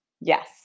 yes